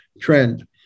trend